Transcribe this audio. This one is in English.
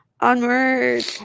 Onward